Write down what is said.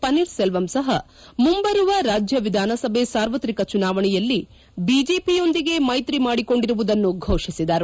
ಪನ್ನೀರ್ ಸೆಲ್ವಂ ಸಹ ಮುಂಬರುವ ರಾಜ್ಯ ವಿಧಾನಸಭೆ ಸಾರ್ವತ್ರಿಕ ಚುನಾವಣೆಯಲ್ಲಿ ಬಿಜೆಪಿಯೊಂದಿಗೆ ಮೈತ್ರಿ ಮಾಡಿಕೊಂಡಿರುವುದನ್ನು ಘೋಷಿಸಿದರು